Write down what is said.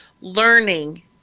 learning